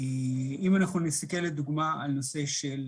אם אנחנו נסתכל לדוגמה על הנושא של